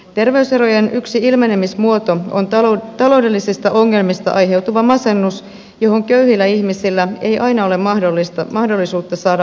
terveyserojen yksi ilmenemismuoto on taloudellisista ongelmista aiheutuva masennus johon köyhillä ihmisillä ei aina ole mahdollisuutta saada ammattiapua